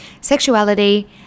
sexuality